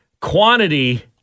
quantity